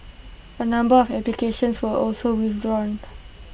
A number of applications were also withdrawned